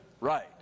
Right